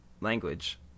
language